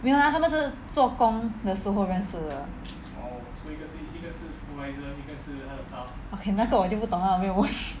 没有 lah 他们是做工的时候认识的 okay 那个我就不懂 lah 我没有问